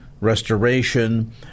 restoration